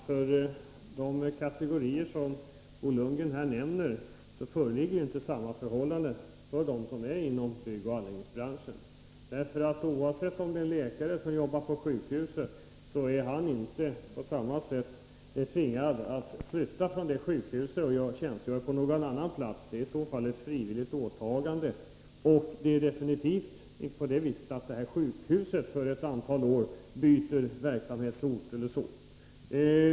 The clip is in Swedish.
Fru talman! För de kategorier som Bo Lundgren nämner föreligger inte samma förhållande som för dem som arbetar inom byggnadsoch anläggningsbranschen. En läkare som jobbar på ett sjukhus är inte på samma sätt tvingad att flytta från detta sjukhus och tjänstgöra på någon annan plats. Det är i så fall ett frivilligt åtagande. Och det är definitivt inte så att sjukhuset för ett antal år byter verksamhetsort.